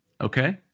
Okay